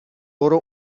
برو